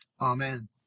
Amen